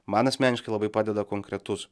man asmeniškai labai padeda konkretus